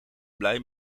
blij